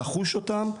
לחוש אותם,